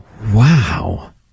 Wow